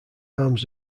arms